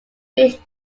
reached